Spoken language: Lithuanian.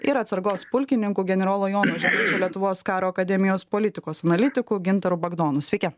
ir atsargos pulkininku generolo jono žemaičio lietuvos karo akademijos politikos analitiku gintaru bagdonu sveiki